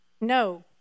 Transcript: No